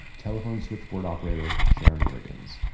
telephone switchboard operator sharon griggins,